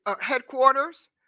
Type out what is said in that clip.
headquarters